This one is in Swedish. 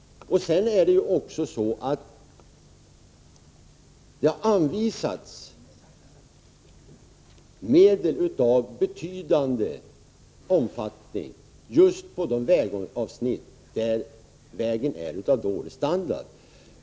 Det har också anvisats medel av betydande omfattning just till de vägavsnitt där vägen är av dålig standard.